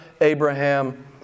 Abraham